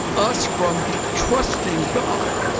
us from trusting god